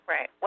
Right